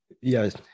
Yes